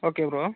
okay bro